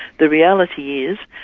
the reality is,